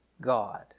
God